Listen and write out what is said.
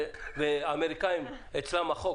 והאמריקאים אצלם החוק,